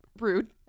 rude